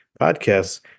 podcasts